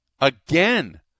Again